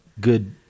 good